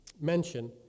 mention